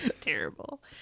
terrible